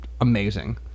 amazing